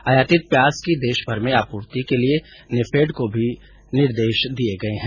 आयातित प्याज की देशभर में आपूर्ति के लिए नेफेड को भी निर्देश दिया गया है